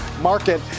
market